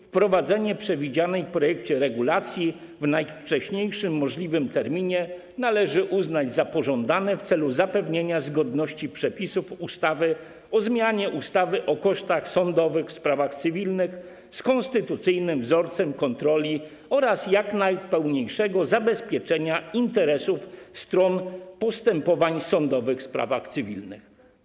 Wprowadzenie przewidzianej w projekcie regulacji w najwcześniejszym możliwym terminie należy uznać za pożądane w celu zapewnienia zgodności przepisów ustawy o zmianie ustawy o kosztach sądowych w sprawach cywilnych z konstytucyjnym wzorcem kontroli oraz jak najpełniejszego zabezpieczenia interesów stron postępowań sądowych w sprawach cywilnych.